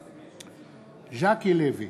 בעד ז'קי לוי,